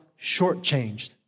shortchanged